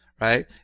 right